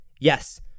Yes